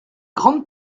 grandes